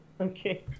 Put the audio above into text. Okay